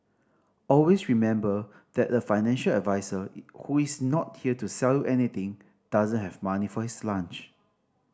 always remember that the financial advisor who is not here to sell anything doesn't have money for his lunch